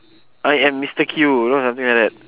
I am mister Q you know something like that